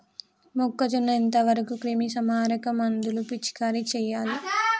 మొక్కజొన్న ఎంత వరకు క్రిమిసంహారక మందులు పిచికారీ చేయాలి?